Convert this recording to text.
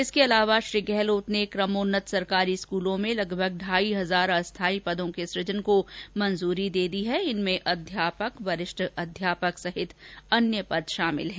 इसके अतिरिक्त श्री गहलोत ने क्रमोन्नत सरकारी स्कूलों में लगभग ढाई हजार अस्थाई पदों के सुजन को मंजूरी दे दी है इनमें प्रधानाध्याक वरिष्ठ अध्यापक सहित अन्य पद शामिल है